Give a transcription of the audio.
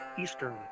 eastern